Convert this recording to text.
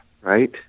right